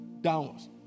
downwards